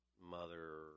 mother